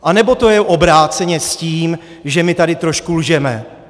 Anebo to je obráceně s tím, že my tady trošku lžeme?